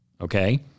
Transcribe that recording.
Okay